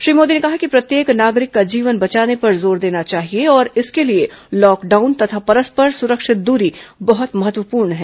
श्री मोदी ने कहा कि प्रत्येक नागरिक का जीवन बचाने पर जोर देना चाहिए और इसके लिए लॉकडाउन तथा परस्पर स्रक्षित दूरी बहत महत्वपूर्ण है